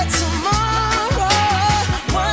tomorrow